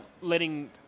letting